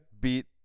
beat